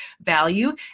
value